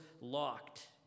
locked